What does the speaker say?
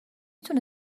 تونه